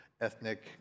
ethnic